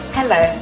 Hello